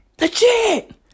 Legit